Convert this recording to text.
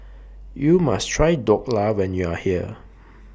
YOU must Try Dhokla when YOU Are here